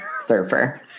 Surfer